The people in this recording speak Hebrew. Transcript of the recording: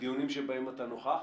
בדיונים שבהם אתה נוכח,